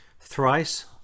thrice